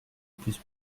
plus